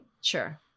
Sure